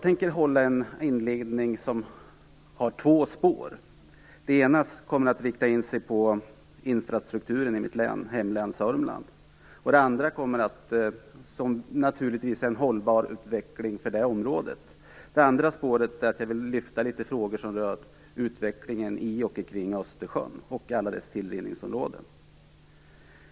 Min inledning kommer att följa två spår. Det ena är infrastrukturen i mitt hemlän Södermanland och en hållbar utveckling för detta område. Det andra spåret gäller utvecklingen i och kring Östersjön med alla dess tillrinningsområden.